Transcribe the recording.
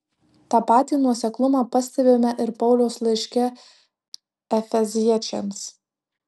tą patį nuoseklumą pastebime ir pauliaus laiške efeziečiams